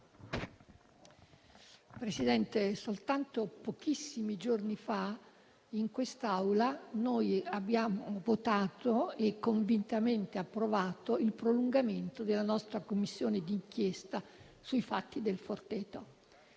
Presidente, soltanto pochissimi giorni fa in quest'Aula abbiamo votato e convintamente approvato il prolungamento della nostra Commissione di inchiesta sui fatti del Forteto.